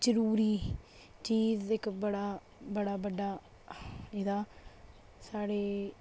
जरूरी चीज़ एक बड़ा बड़ा बड्डा एह्दा साढ़े